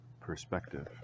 perspective